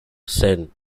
sen